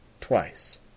Twice